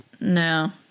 No